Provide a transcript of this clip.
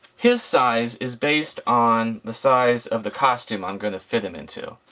his size is based on the size of the costume i'm going to fit him into.